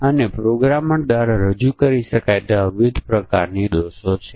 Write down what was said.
અને પછી અસરો 6 ટકા 7 ટકા 8 ટકા 9 ટકાના દરે છે